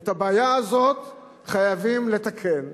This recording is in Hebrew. ואת הבעיה הזאת חייבים לתקן,